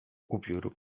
upiór